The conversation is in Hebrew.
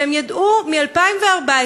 שהם ידעו מ-2014,